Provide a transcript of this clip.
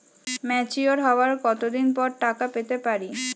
Mature হওয়ার কত দিন পর টাকা পেতে পারি?